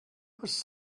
was